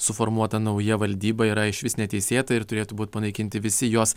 suformuota nauja valdyba yra išvis neteisėta ir turėtų būti panaikinti visi jos